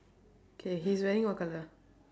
K he's wearing what colour